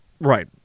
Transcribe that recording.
Right